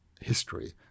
history